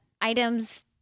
items